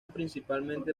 principalmente